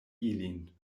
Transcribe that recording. ilin